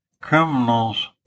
criminals